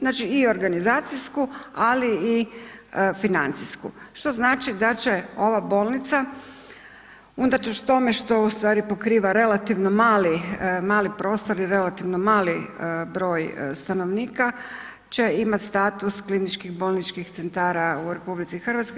Znači i organizacijsku, ali i financijsku što znači da će ova bolnica unatoč tome što ustvari pokriva relativno mali prostor i relativno mali broj stanovnika će imati status kliničkih bolničkih centara u Republici Hrvatskoj.